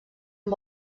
amb